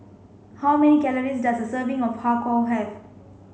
how many calories does a serving of har kow have